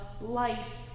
life